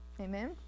Amen